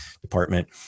department